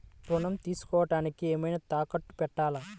ఋణం తీసుకొనుటానికి ఏమైనా తాకట్టు పెట్టాలా?